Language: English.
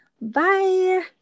bye